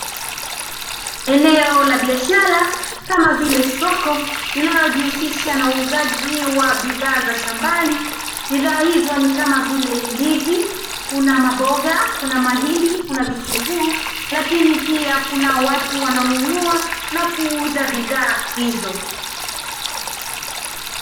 Eneo la biashara kama vile soko linalojihusisha na uuzaji wa bidhaa za shambani. Bidhaa hizo ni kama vile: ndizi, kuna maboga, kuna mahindi, kuna vitunguu, lakini pia kuna watu wanaonunua na kuuza bidhaa hizo.